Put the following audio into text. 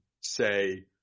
say